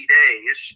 days